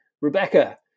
Rebecca